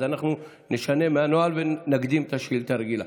אז אנחנו נשנה מהנוהל ונקדים את השאילתה הרגילה.